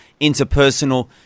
interpersonal